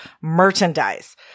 merchandise